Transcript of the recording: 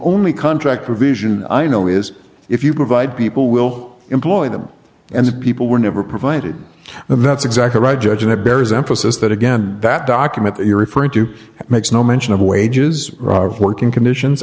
only contract provision i know is if you provide people will employ them and people were never provided and that's exactly right judge and it bears emphasis that again that document that you're referring to makes no mention of wages working conditions